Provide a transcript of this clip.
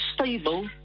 stable